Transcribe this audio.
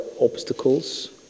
obstacles